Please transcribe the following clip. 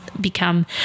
become